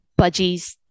budgies